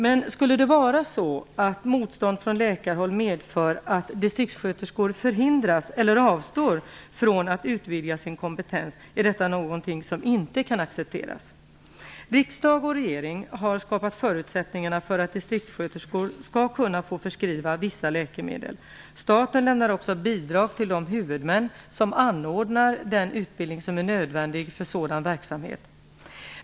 Men motstånd från läkarhåll som skulle medföra att distriktssköterskor förhindras eller avstår från att utvidga sin kompetens kan inte accepteras. Riksdag och regering har skapat förutsättningarna för att distriktssköterskor skall kunna få förskriva vissa läkemedel. Staten lämnar också bidrag till de huvudmän som anordnar den utbildning som är nödvändig för sådan verksamhet.